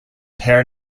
pair